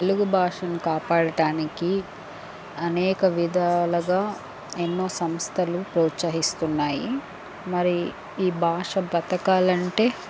తెలుగు భాషను కాపాడటానికి అనేక విధాలుగా ఎన్నో సంస్థలు ప్రోత్సాహిస్తున్నాయి మరి ఈ భాష బతకాలి అంటే